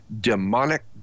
demonic